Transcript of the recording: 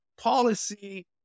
policy